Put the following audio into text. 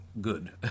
Good